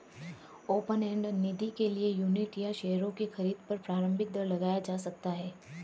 open end निधि के लिए यूनिट या शेयरों की खरीद पर प्रारम्भिक दर लगाया जा सकता है